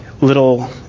little